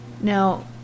Now